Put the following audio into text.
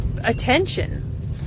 attention